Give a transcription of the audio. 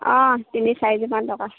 অঁ তিনি চাৰি হাজৰমান টকা